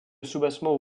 soubassement